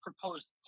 proposed